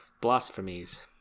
blasphemies